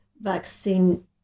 vaccine